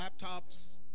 laptops